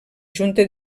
junta